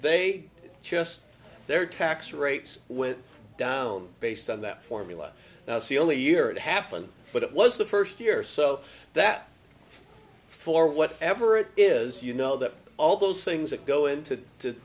they just their tax rates went down based on that formula the only year it happened but it was the first year so that for whatever it is you know that all those things that go into the